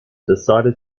decided